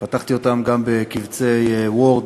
פתחתי אותם גם בקובצי "וורד",